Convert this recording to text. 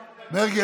מרגי,